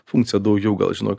funkciją daugiau gal žinot